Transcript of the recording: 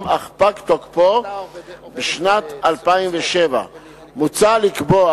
אך פג תוקפו בשנת 2007. מוצע לקבוע